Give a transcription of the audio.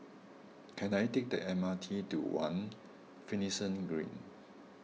can I take the M R T to one Finlayson Green